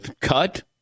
cut